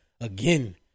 Again